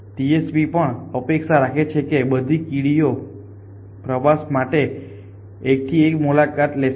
TSP પણ અપેક્ષા રાખે છે કે બધી કીડીઓ પ્રવાસ માટે એક થી એક ની મુલાકાત લેશે